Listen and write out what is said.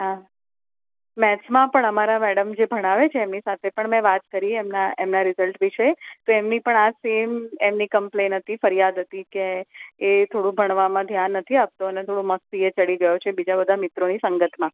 હા મેથ્સમાં પણ અમારા મેડમ જે ભણાવે છે એમની સાથે પણ મેં વાત કરી એમના એમના રિઝલ્ટ વિશે તો એમની પણ આ સેમ એમની કમ્પ્લેન્ટ હતી ફરિયાદ હતી કે એ થોડું ભણવામાં ધ્યાન નથી આપતો અને થોડો મસ્તી એ ચડી ગયો છે બીજા બધા મિત્રોની સંગતમાં